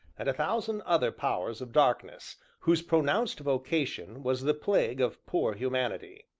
and a thousand other powers of darkness, whose pronounced vocation was the plague of poor humanity.